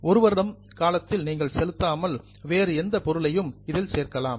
1 வருட காலத்தில் நீங்கள் செலுத்தாத வேறு எந்த பொருளையும் இதில் சேர்க்கலாம்